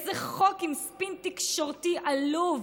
איזה חוק עם ספין תקשורתי עלוב.